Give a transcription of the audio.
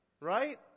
right